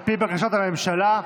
על פי בקשת הממשלה,